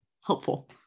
helpful